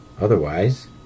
otherwise